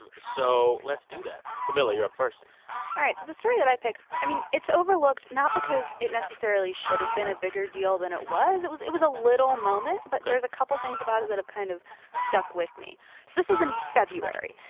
and so let's do that. camila, you're up first all right. so the story that i picked i mean, it's overlooked not because it necessarily should have been a bigger deal than it was. it was it was a little moment ok but there's a couple things about it that have kind of stuck with me. so this was in february,